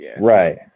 Right